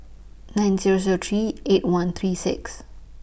nine Zero Zero three eight one three six